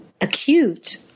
acute